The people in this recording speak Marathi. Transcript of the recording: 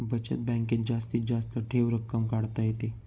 बचत बँकेत जास्तीत जास्त ठेव रक्कम काढता येते